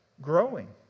growing